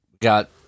Got